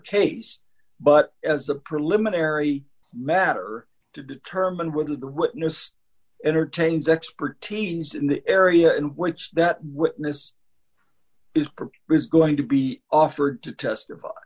case but as a preliminary matter to determine whether the witness entertains expertise in the area in which that witness is is going to be offered to test